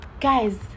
guys